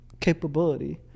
capability